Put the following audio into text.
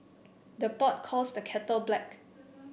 the pot calls the kettle black